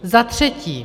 Za třetí.